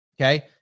Okay